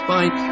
Bye